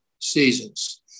seasons